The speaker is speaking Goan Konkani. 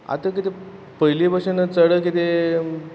आत कितें पयलीं भशेन चड कितें